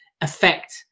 affect